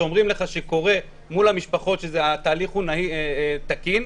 שאומרים לך שקורה מול המשפחות שהתהליך הוא תקין,